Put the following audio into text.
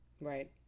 Right